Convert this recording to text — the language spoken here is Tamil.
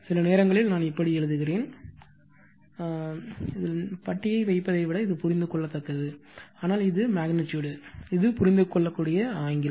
சில நேரங்களில் நான் இப்படி எழுதுகிறேன் ஆனால் இது மெக்னிட்யூடு இது புரிந்துகொள்ளக்கூடிய ஆங்கிள்